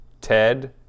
Ted